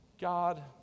God